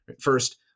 First